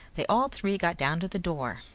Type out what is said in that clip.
they all three got down to the door,